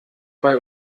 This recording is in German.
bei